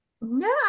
No